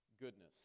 goodness